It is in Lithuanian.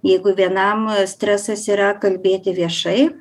jeigu vienam stresas yra kalbėti viešai